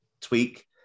tweak